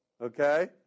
okay